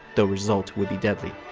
the result would be deadly.